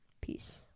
Peace